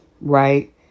right